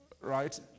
Right